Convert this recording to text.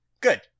good